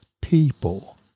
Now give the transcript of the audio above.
people